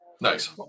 nice